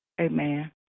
Amen